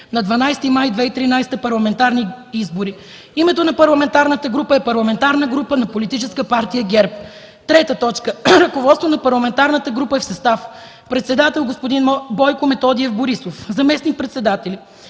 на 12 май 2013 г. парламентарни избори. 2. Името на парламентарната група е Парламентарна група на Политическа партия ГЕРБ. 3. Ръководството на парламентарната група е в състав: Председател – господин Бойко Методиев Борисов; Заместник-председатели